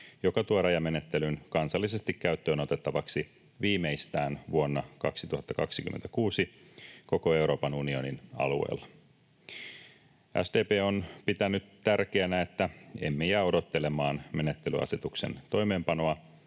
joka tuo rajamenettelyn kansallisesti käyttöön otettavaksi viimeistään vuonna 2026 koko Euroopan unionin alueella. SDP on pitänyt tärkeänä, että emme jää odottelemaan menettelyasetuksen toimeenpanoa,